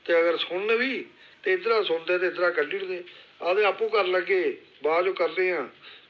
ते अगर सुनन बी ते इद्धरा सुनदे ते इद्धरा कड्ढी ओड़दे आक्खदे आपूं करी लैगे बाद च करने आं